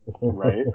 right